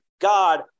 God